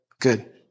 Good